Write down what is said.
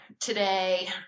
today